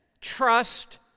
trust